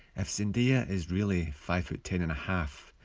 if zendaya is really five foot ten and a half,